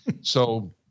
so-